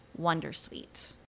wondersuite